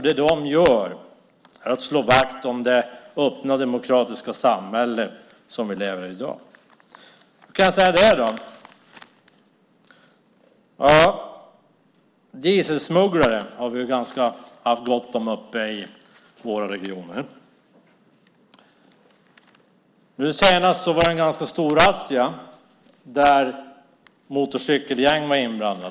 Det de gör är att slå vakt om det öppna demokratiska samhälle där vi lever i dag. Hur kan jag säga det då? Ja, dieselsmugglare har vi haft gott om uppe i våra regioner. Senast var det en ganska stor razzia, där motorcykelgäng var inblandade.